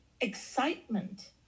excitement